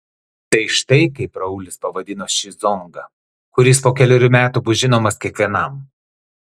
tai štai kaip raulis pavadino šį zongą kuris po kelerių metų bus žinomas kiekvienam